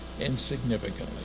insignificantly